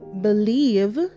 believe